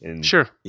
Sure